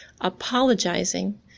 apologizing